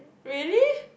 really